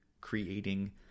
creating